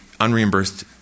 unreimbursed